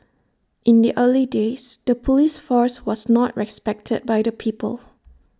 in the early days the Police force was not respected by the people